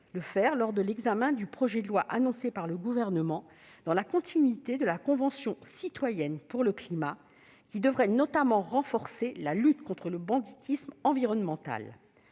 le faire lors de l'examen du projet de loi annoncé par le Gouvernement, dans la continuité de la Convention citoyenne pour le climat, qui devrait notamment renforcer la lutte contre le banditisme environnemental.